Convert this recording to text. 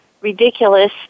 ridiculous